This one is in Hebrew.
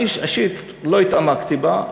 אני אישית לא התעמקתי בה,